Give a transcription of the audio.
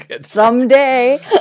someday